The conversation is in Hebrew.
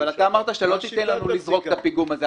אתה אמרת שלא תיתן לנו לזרוק את הפיגום הזה.